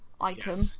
item